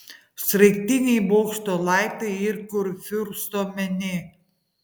sraigtiniai bokšto laiptai ir kurfiursto menė